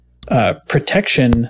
protection